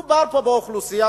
מדובר באוכלוסייה,